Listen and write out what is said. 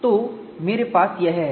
तो मेरे यह पास है